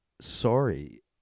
sorry